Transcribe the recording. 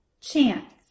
chance